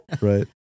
right